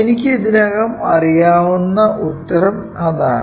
എനിക്ക് ഇതിനകം അറിയാവുന്ന ഉത്തരം അതാണ്